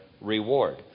reward